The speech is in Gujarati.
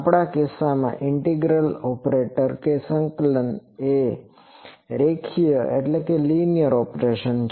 આપણા કિસ્સામાં ઇન્ટિગ્રલ ઓપરેટર કે સંકલન એ એક રેખીય ઓપરેશન છે